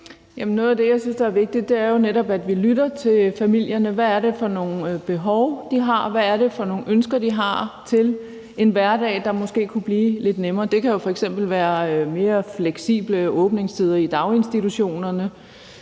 Noget af det, jeg synes er vigtigt, er jo netop, at vi lytter til familierne, i forhold til hvad det er for nogle behov, de har, og hvad det er for nogle ønsker, de har til en hverdag, der måske kunne blive lidt nemmere. Det kunne jo f.eks. være mere fleksible åbningstider i daginstitutionerne.